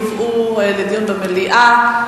יובא לדיון במליאה.